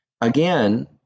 Again